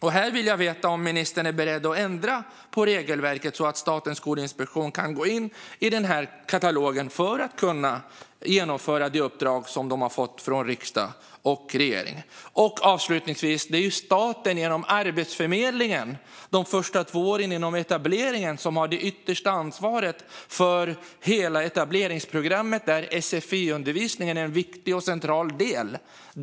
Jag vill veta om ministern är beredd att ändra på regelverket så att Statens skolinspektion kan gå in i katalogen för att kunna genomföra det uppdrag som de har fått från riksdag och regering. Avslutningsvis: Det är staten genom Arbetsförmedlingen som de första två åren av etableringen har det yttersta ansvaret för hela etableringsprogrammet, där sfi-undervisningen är en viktig och central del.